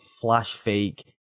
flash-fake